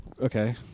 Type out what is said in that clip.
Okay